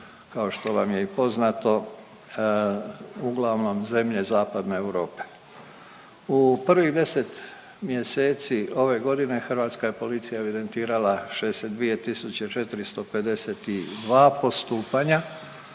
kao što vam je i poznato, uglavnom zemlje zapadne Europe. U prvih 10 mjeseci ove godine, Hrvatska je policija evidentirala 62 452 postupanja